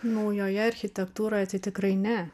naujoje architektūroj tai tikrai ne